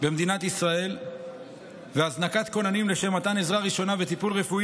במדינת ישראל והזנקת כוננים לשם מתן עזרה ראשונה וטיפול רפואי